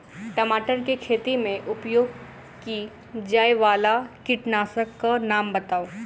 टमाटर केँ खेती मे उपयोग की जायवला कीटनासक कऽ नाम बताऊ?